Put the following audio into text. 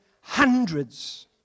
hundreds